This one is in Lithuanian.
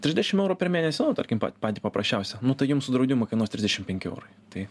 trisdešim eurų per mėnesį nu tarkim patį paprasčiausią nu tai jum su draudimu kainuos trisdešim penki eurai tai